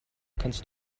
kannst